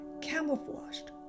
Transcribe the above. camouflaged